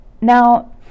Now